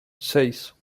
seis